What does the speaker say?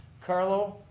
carlo,